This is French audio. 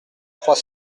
trois